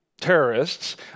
terrorists